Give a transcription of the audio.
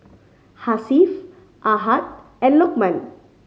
Hasif Ahad and Lokman